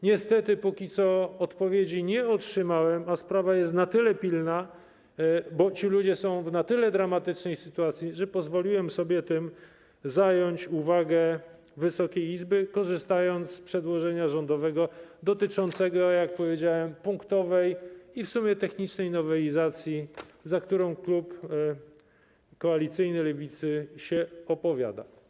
Niestety, póki co, odpowiedzi nie otrzymałem, a sprawa jest na tyle pilna i ci ludzie są w na tyle dramatycznej sytuacji, że pozwoliłem sobie tym zająć uwagę Wysokiej Izby, korzystając z przedłożenia rządowego dotyczącego, jak powiedziałem, punktowej i w sumie technicznej nowelizacji, za którą klub koalicyjny Lewicy się opowiada.